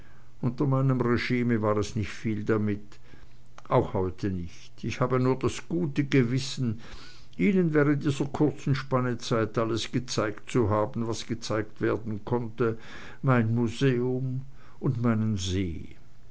unter meinem regime war es nicht viel damit auch heute nicht ich habe nur das gute gewissen ihnen während dieser kurzen spanne zeit alles gezeigt zu haben was gezeigt werden konnte mein museum und meinen see